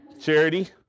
Charity